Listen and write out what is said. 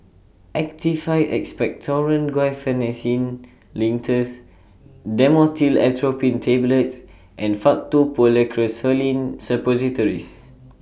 Actified Expectorant Guaiphenesin Linctus Dhamotil Atropine Tablets and Faktu Policresulen Suppositories